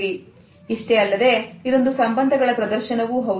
ಇಷ್ಟೇ ಅಲ್ಲದೆ ಇದೊಂದು ಸಂಬಂಧಗಳ ಪ್ರದರ್ಶನವೂ ಹೌದು